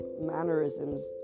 mannerisms